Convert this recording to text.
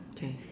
okay